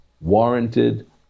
warranted